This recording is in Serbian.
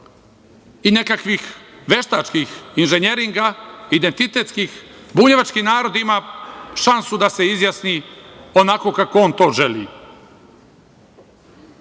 i nekakvih veštačkih inženjeringa identitetskih bunjevački narod ima šansu da se izjasni onako kako on to želi. To